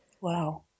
Wow